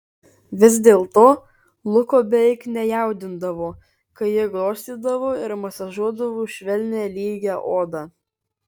vis dėlto luko beveik nejaudindavo kai ji glostydavo ir masažuodavo švelnią lygią odą